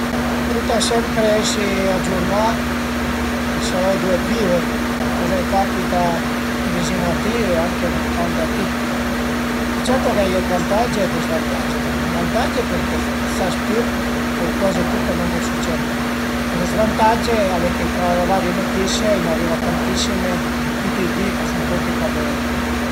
Ëntà sempre esi agiurnà për savei ëndua vive e coza a i capita vizin a ti e anche luntan da ti, certo ch'a ie dë vantage e dë zvantage, vantage perché sas tüt o cuazi tüt dë lon ch'a i süced, lë zvantage al e che tra le varie nutisie a i n'ariva tantissime tüti i di ch'a sun propi pa bele